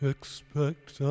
Expect